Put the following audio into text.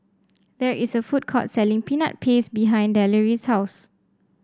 there is a food court selling Peanut Paste behind Deloris' house